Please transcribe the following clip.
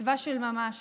מצווה של ממש,